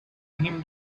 him